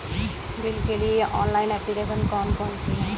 Bill के लिए online application कौन कौन सी हैं?